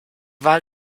wahl